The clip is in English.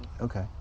Okay